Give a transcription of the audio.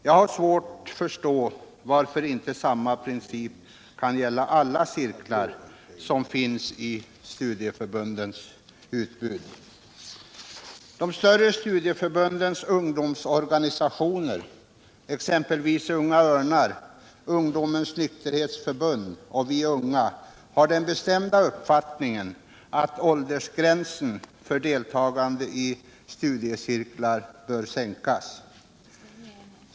Jag har svårt att förstå varför inte samma princip kan gälla alla cirklar som finns i studieförbundens utbud. De större studieförbundens ungdomsorganisationer, exempelvis Unga örnar, Ungdomens nykterhetsförbund och Vi unga, har den bestämda uppfattningen att åldersgränsen för deltagande i studiecirklar bör sänkas.